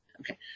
okay